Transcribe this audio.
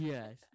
Yes